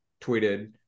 tweeted